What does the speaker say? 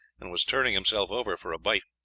and was turning himself over for a bite,